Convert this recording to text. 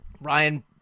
Ryan